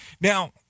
Now